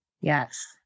Yes